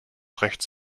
rechts